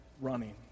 running